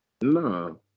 No